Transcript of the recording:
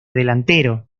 delantero